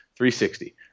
360